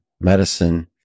Medicine